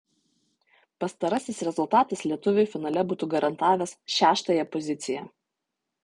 pastarasis rezultatas lietuviui finale būtų garantavęs šeštąją poziciją